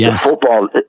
football